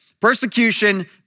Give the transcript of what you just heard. persecution